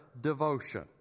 Devotion